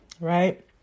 right